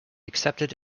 accepted